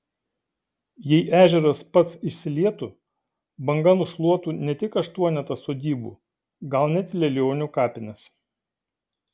jei ežeras pats išsilietų banga nušluotų ne tik aštuonetą sodybų gal net lielionių kapines